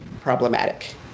problematic